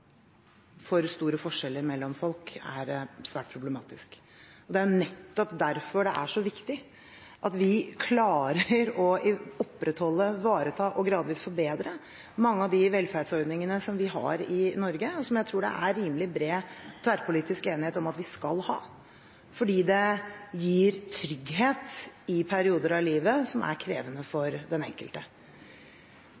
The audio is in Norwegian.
for store forskjeller mellom folk er svært problematisk. Det er nettopp derfor det er så viktig at vi klarer å opprettholde, ivareta og gradvis forbedre mange av de velferdsordningene som vi har i Norge, og som jeg tror det er rimelig bred tverrpolitisk enighet om at vi skal ha fordi det gir trygghet i perioder av livet som er krevende